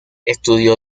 estudió